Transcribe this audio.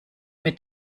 mit